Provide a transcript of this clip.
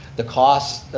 the costs,